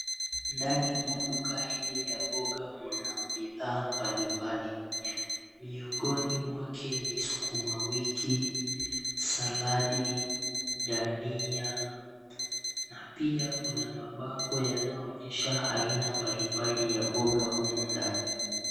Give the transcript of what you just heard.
Ndani ya duka hili la mboga kuna bidhaa mbalimbali. Miongoni mwazo ni sukuma wiki, saladi, dania, na pia kuna mabango yanayoonyesha aina mbalimbali za mboga humo ndani.